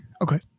Okay